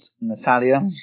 Natalia